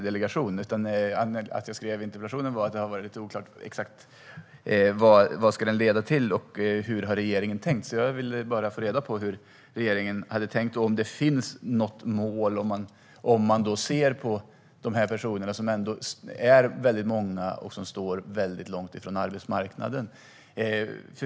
Anledningen till att jag skrev interpellationen var att det har varit lite oklart exakt vad den ska leda till och hur regeringen har tänkt. Jag ville bara få reda på hur regeringen tänkt, om det finns något mål och om man ser på de väldigt många personer som står väldigt långt från arbetsmarknaden.